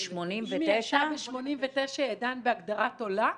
אם היא עלתה ב-89' היא עדיין בהגדרת עולה,